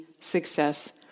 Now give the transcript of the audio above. success